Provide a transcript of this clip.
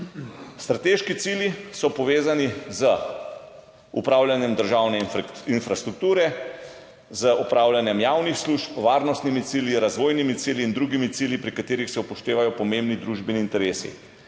Strateški cilji so povezani z upravljanjem državne infrastrukture, z opravljanjem javnih služb, varnostnimi cilji, razvojnimi cilji in drugimi cilji, pri katerih se upoštevajo pomembni družbeni interesi.